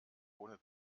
ohne